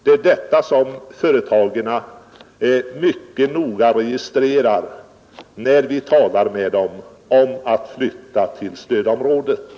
Det är detta som företagen mycket noga registrerar när vi talar med dem om att flytta till stödområdet.